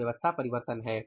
यह व्यवस्था परिवर्तन है